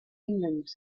england